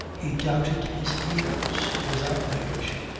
he doubted his ears. he was outraged.